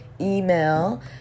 email